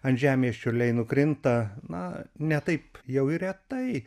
ant žemės čiurliai nukrinta na ne taip jau ir retai